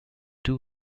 two